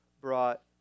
brought